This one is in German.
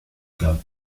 klar